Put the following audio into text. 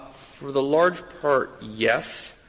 for the large part, yes.